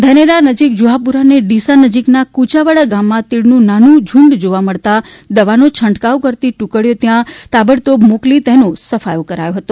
ધાનેરા નજીક જુહાપુરા અને ડીસા નજીક ના કુચાવાડ ગામમાં તીડનું નાનું ઝુંડ જોવા મળતા દવા નો છંટકાવ કરતી ટુકડી ત્યાં તાબડતોબ મોકલી ને તેનો સફાયો કરાયો હતો